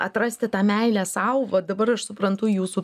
atrasti tą meilę sau va dabar aš suprantu jūsų